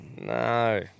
No